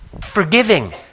forgiving